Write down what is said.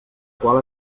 qual